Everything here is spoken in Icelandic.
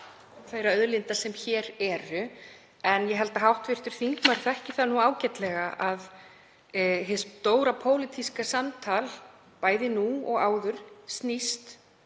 þeirra auðlinda sem hér eru en ég held að hv. þingmaður þekki það ágætlega að hið stóra pólitíska samtal, bæði nú og áður, snýst